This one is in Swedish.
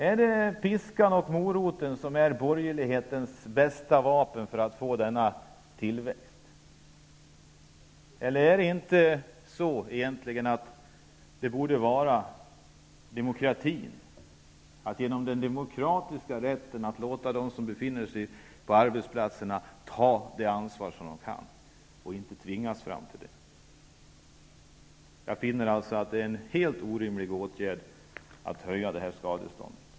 Är det piskan och moroten som är borgerlighetens bästa vapen för att få till stånd denna tillväxt? Borde det egentligen inte vara så att man genom den demokratiska rätten låter dem som befinner sig på arbetsplatserna ta det ansvar som de kan ta och inte tvingar dem att göra det? Jag finner alltså att det är en helt orimlig åtgärd att höja skadeståndet.